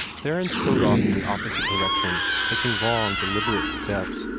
theron strode off in the opposite direction, taking long, deliberate steps,